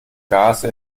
gase